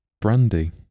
Brandy